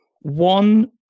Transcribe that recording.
one